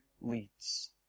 leads